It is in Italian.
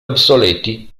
obsoleti